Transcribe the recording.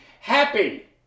Happy